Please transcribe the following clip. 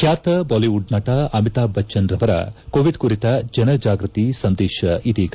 ಖ್ಯಾತ ಬಾಲಿವುಡ್ ನಟ ಅಮಿತಾಬ್ ಬಚ್ಚನ್ ರವರ ಕೋವಿಡ್ ಕುರಿತ ಜನಜಾಗ್ಪತಿ ಸಂದೇಶ ಇದೀಗ